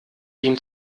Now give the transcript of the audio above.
ihm